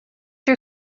your